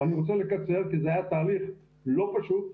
ואני רוצה לקצר כי זה היה תהליך לא פשוט,